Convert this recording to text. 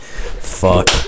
Fuck